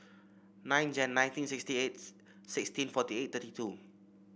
nine Jan nineteen sixty eight sixteen forty eight thirty two